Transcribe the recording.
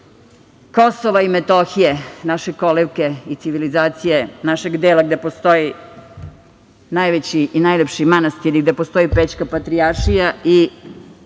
Kosova i Metohije, naše kolevke i civilizacije našeg dela, gde postoje najveći i najlepši manastiri, gde postoji Pećka patrijaršija i